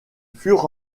furent